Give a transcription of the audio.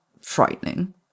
frightening